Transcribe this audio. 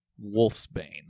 Wolfsbane